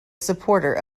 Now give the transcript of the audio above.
supporter